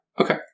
Okay